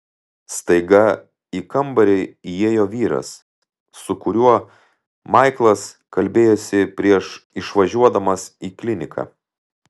staiga į kambarį įėjo vyras su kuriuo maiklas kalbėjosi prieš išvažiuodamas į kliniką